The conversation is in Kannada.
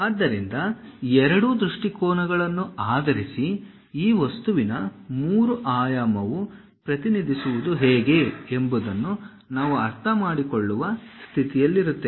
ಆದ್ದರಿಂದ ಎರಡೂ ದೃಷ್ಟಿಕೋನಗಳನ್ನು ಆಧರಿಸಿ ಈ ವಸ್ತುವಿನ ಮೂರು ಆಯಾಮವು ಪ್ರತಿನಿಧಿಸುವುದು ಹೇಗೆ ಎಂಬುದನ್ನು ನಾವು ಅರ್ಥಮಾಡಿಕೊಳ್ಳುವ ಸ್ಥಿತಿಯಲ್ಲಿರುತ್ತೇವೆ